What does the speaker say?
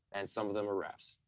and some of them are raps.